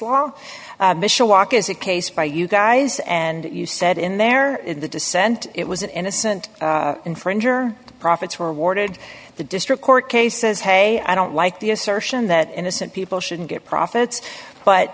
law mishawaka is a case by you guys and you said in there in the dissent it was an innocent infringer profits were awarded the district court case says hey i don't like the assertion that innocent people shouldn't get profits but